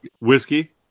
Whiskey